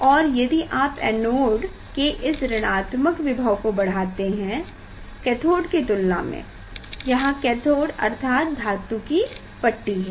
और यदि आप एनोड के इस ऋणात्मक विभव को बढ़ाते हैं कथोड़ की तुलना में यहाँ कैथोड़ अर्थात धातु की पट्टी है